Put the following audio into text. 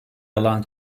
alan